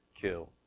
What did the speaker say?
kill